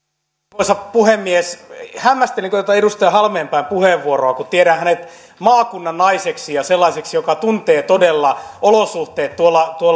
arvoisa puhemies hämmästelin tuota edustaja halmeenpään puheenvuoroa kun tiedän hänet maakunnan naiseksi ja sellaiseksi joka tuntee todella olosuhteet